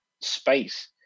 space